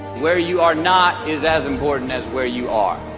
where you are not is as important as where you are